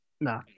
Nah